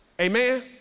Amen